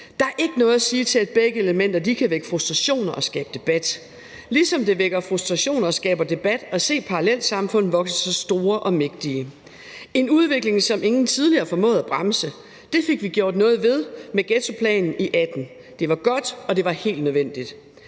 Der er ikke noget at sige til, at begge elementer kan vække frustrationer og skabe debat, ligesom det vækker frustrationer og skaber debat at se parallelsamfund vokse sig store og mægtige. Det er en udvikling, som ingen tidligere formåede at bremse. Det fik vi gjort noget ved med ghettoplanen i 2018. Det var godt, og det var helt nødvendigt.